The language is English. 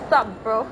what's up brother